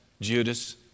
Judas